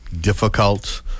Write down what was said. difficult